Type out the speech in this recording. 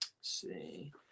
See